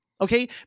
Okay